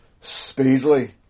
speedily